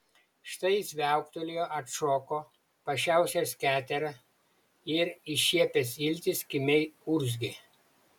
štai jis viauktelėjo atšoko pa šiaušęs keterą ir iššiepęs iltis kimiai urzgė